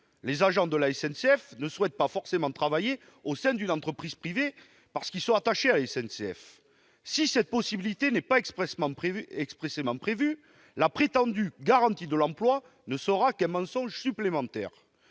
Les agents de la SNCF ne souhaitent pas forcément travailler au sein d'une entreprise privée, car ils sont attachés à l'opérateur historique. Si cette possibilité n'est pas expressément prévue, la prétendue « garantie de l'emploi » ne sera qu'un mensonge supplémentaire.